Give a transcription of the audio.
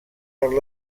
per